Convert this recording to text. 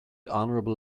honorable